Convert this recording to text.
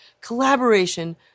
Collaboration